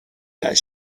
that